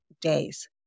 days